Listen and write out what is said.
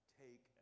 take